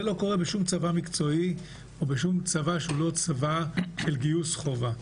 זה לא קורה בשום צבא מקצועי או בשום צבא שהוא לא צבא בגיוס חובה.